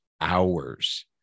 hours